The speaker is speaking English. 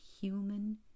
human